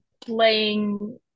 playing